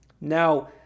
now